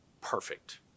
perfect